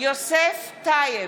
יוסף טייב,